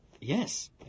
Yes